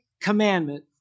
commandment